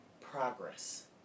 progress